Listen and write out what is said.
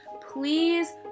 Please